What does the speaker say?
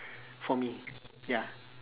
for me ya